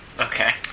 Okay